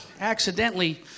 accidentally